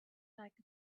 like